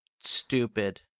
stupid